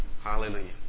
Hallelujah